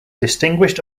distinguished